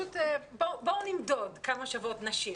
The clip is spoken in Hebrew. בואו נמדוד כמה שוות נשים.